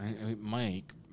Mike